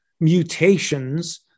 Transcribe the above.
mutations